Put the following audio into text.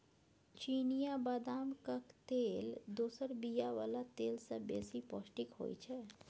चिनियाँ बदामक तेल दोसर बीया बला तेल सँ बेसी पौष्टिक होइ छै